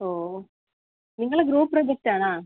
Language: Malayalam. ഓ നിങ്ങളെ ഗ്രൂപ് പ്രൊജക്ട് ആണാ